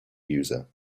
user